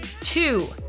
two